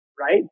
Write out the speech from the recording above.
Right